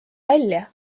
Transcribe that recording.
välja